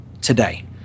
today